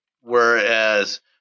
Whereas